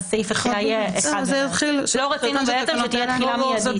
אז סעיף --- זה יתחיל --- לא רצינו שתהיה תחילה מידית.